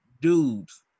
dudes